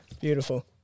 Beautiful